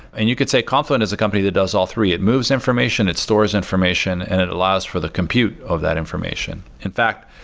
and you could say confluent is a company that does all three. it moves information, it stores information and it allows for the compute of that information. in fact,